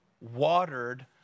watered